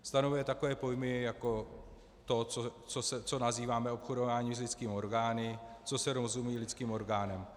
Stanovuje takové pojmy jako to, co nazýváme obchodování s lidskými orgány, co se rozumí lidským orgánem.